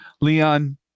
Leon